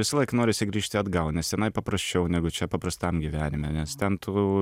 visąlaik norisi grįžti atgal nes tenai paprasčiau negu čia paprastam gyvenime nes ten tu